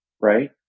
right